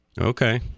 Okay